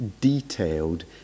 detailed